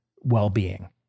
well-being